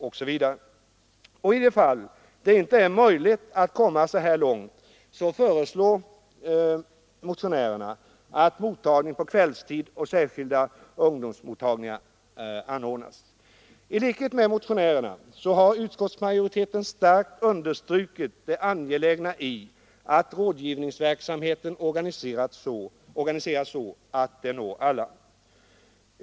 I de fall där det inte är möjligt att komma så här långt föreslår motionärerna att mottagning på kvällstid och särskilda ungdomsmottagningar anordnas. I likhet med motionärerna har utskottsmajoriteten starkt understrukit det angelägna i att rådgivningsverksamheten organiseras så att den når alla.